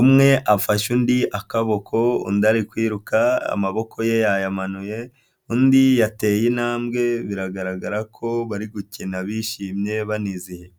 umwe afashe undi akaboko undi ari kwiruka amaboko ye yayamanuye, undi yateye intambwe biragaragara ko bari gukina bishimye banizihiwe.